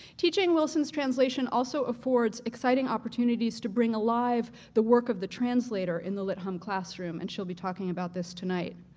teaching wilson's translation also affords exciting opportunities to bring alive the work of the translator in the lit hum classroom, and she'll be talking about this tonight.